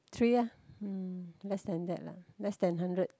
three ah mm less than that lah less than hundred